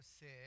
say